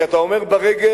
כי אתה אומר ברגש,